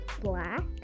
black